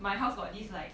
my house got this like